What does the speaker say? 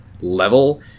level